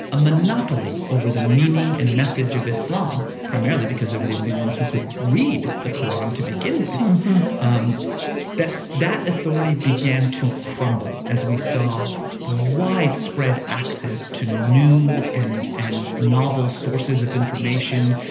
a monopoly, over the meaning and message of islam, primarily because they were the only ones who could read the qur'an to begin with mm-hmm um that that authority began to crumble, as we saw widespread access to new and and novel sources of information,